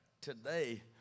Today